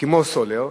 כמו סולר.